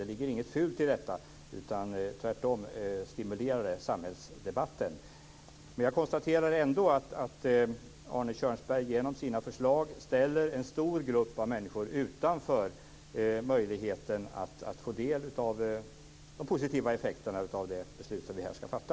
Det är inget fult i detta, utan tvärtom stimulerar det samhällsdebatten. Jag konstaterar ändå att Arne Kjörnsberg genom sina förslag ställer en stor grupp av människor utanför möjligheten att få del av de positiva effekterna av det beslut som vi här ska fatta.